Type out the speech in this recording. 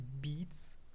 beats